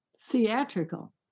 theatrical